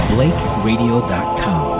BlakeRadio.com